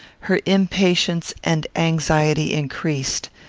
her impatience and anxiety increased.